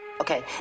Okay